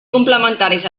complementaris